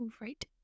right